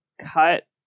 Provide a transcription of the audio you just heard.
cut